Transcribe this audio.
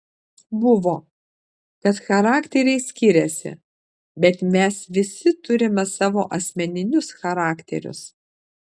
buvo kad charakteriai skiriasi bet mes visi turime savo asmeninius charakterius